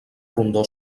rondó